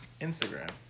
Instagram